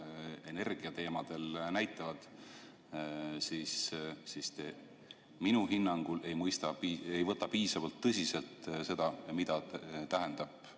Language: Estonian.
energiateemadel näitavad, te minu hinnangul ei võta piisavalt tõsiselt seda, mida tähendab